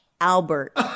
Albert